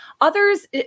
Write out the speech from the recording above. Others